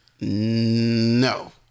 No